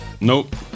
Nope